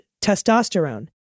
testosterone